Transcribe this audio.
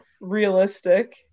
realistic